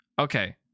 Okay